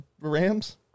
Rams